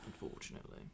Unfortunately